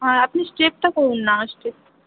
হ্যাঁ আপনি স্ট্রেটটা করুন না স্ট্রেট